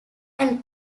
and